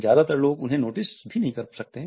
ज्यादातर लोग उन्हें नोटिस भी नहीं करते हैं